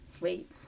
Wait